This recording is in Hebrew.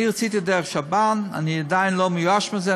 אני רציתי דרך שב"ן, אני עדיין לא מיואש מזה.